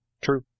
true